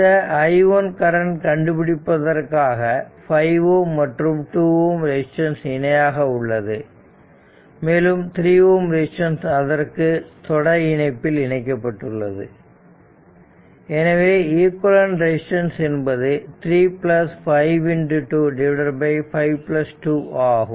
இந்த i1 current கண்டுபிடிப்பதற்காக 5 Ω மற்றும் 2 Ω ரெசிஸ்டன்ஸ் இணையாக உள்ளது மேலும் 3 Ω ரெசிஸ்டன்ஸ் அதற்கு தொடர் இணைப்பில் இணைக்கப்பட்டுள்ளது எனவே ஈக்குவேலன்ட் ரெசிஸ்டன்ஸ் என்பது 3 5 2 5 2 ஆகும்